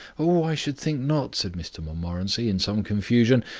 oh, i should think not, said mr montmorency, in some confusion.